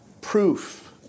proof